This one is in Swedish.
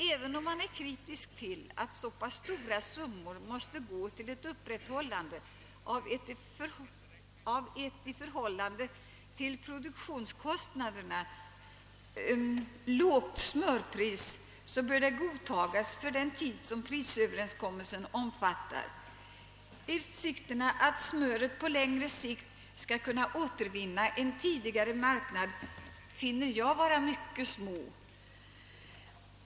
Även om man är kritisk till att så stora summor går till ett bibehållande av ett i förhållande till produktionskostnaderna lågt smörpris bör det ändå godtagas för den tid prisöverenskommelsen omfattar. Utsikterna att smöret på längre sikt skall kunna återvinna sin tidigare marknad finner jag vara mycket små.